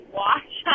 watch